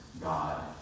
God